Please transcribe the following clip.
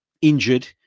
injured